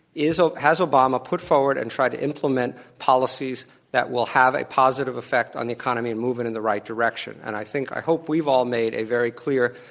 ah has obama put forward and tried to implement policies that will have a positive effect on the economy and move it in the right direction? and i think, i hope we've all made a very clear,